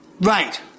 Right